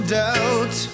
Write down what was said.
doubt